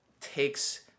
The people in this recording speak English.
takes